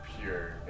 pure